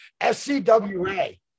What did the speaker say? SCWA